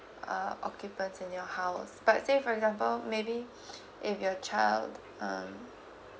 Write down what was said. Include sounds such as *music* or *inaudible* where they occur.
uh occupants in your house but say for example maybe *breath* if your child um